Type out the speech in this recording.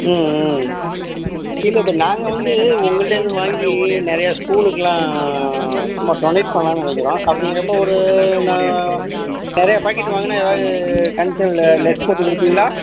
ம் ம் இல்லை இப்போ நாங்கள் வந்து உங்கள்கிட்டேந்து வாங்கி நிறையா ஸ்கூலுக்குலாம் சும்மா டொனேட் பண்ணலான்னு நினைக்கிறோம் அப்படிங்கிறப்ப ஒரு ந நிறையா பாக்கெட் வாங்கினா ஏதாவது கன்சென்னில் லெஸ் போட்டு கொடுப்பீங்களா